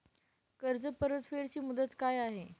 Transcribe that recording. कर्ज परतफेड ची मुदत काय आहे?